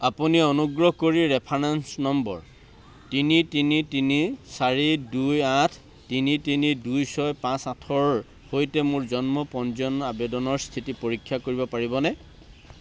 আপুনি অনুগ্ৰহ কৰি ৰেফাৰেন্স নম্বৰ তিনি তিনি তিনি চাৰি দুই আঠ তিনি তিনি দুই ছয় পাঁচ আঠৰ সৈতে মোৰ জন্ম পঞ্জীয়ন আবেদনৰ স্থিতি পৰীক্ষা কৰিব পাৰিবনে